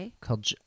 called